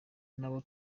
nabo